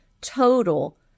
total